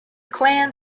clan